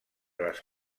les